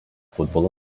futbolo